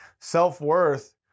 Self-worth